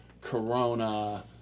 Corona